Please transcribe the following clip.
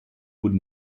would